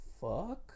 fuck